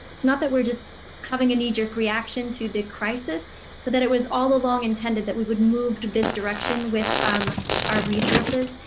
it's not that we're just having a knee-jerk reaction to the crisis but that it was all along intended that we would move to this direction with um our resources.